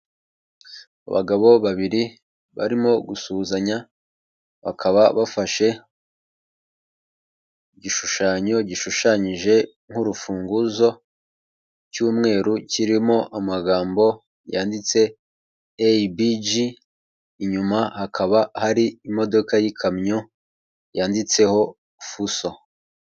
Abagabo babiri barimo gusuhuzanya, bakaba bafashe igishushanyo gishushanyije nk'urufunguzo cy'umweru, kirimo amagambo yanditse, eyibiji, inyuma hakaba hari imodoka y'ikamyo yanditseho fuso.